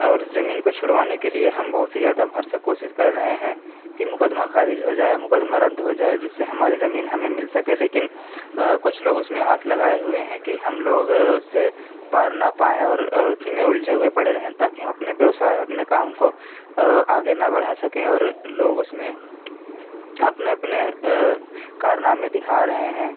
और इस ज़मीन को छुड़वाने के लिए हम बहुत ही ज़्यादा भरसक कोशिश कर रहे हैं कि मुक़दमा ख़ारिज हो जाए या मुक़दमा रद्द हो जाए जिससे हमारी ज़मीन हमें मिल सके लेकिन कुछ लोग उसमें हाथ लगाए हुए हैं कि हम लोग से पार ना पाएँ और उसी में उलझे हुए पड़े रहें ताकि हम अपने व्यवसाय और अपने काम को आगे ना बढ़ा सकें और लोग उसमें अपने अपने कारनामे दिखा रहे हैं